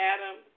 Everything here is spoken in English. Adam